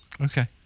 Okay